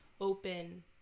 open